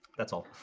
that's all